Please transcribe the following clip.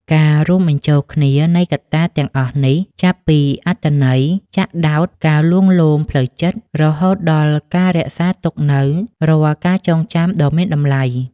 ការរួមបញ្ចូលគ្នានៃកត្តាទាំងអស់នេះ ចាប់ពីអត្ថន័យចាក់ដោត ការលួងលោមផ្លូវចិត្ត រហូតដល់ការរក្សាទុកនូវរាល់ការចងចាំដ៏មានតម្លៃ